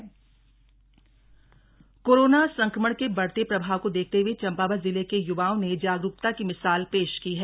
मुहिम चंपावत कोरोना संक्रमण के बढ़ते प्रभाव को देखते हुए चंपावत जिले के य्वाओं ने जागरूकता की मिसाल पेश की है